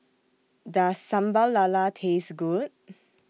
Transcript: Does Sambal Lala Taste Good